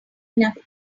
enough